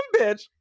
bitch